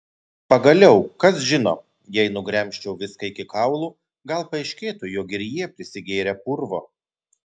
pagaliau kas žino jei nugremžčiau viską iki kaulų gal paaiškėtų jog ir jie prisigėrę purvo